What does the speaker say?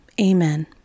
amen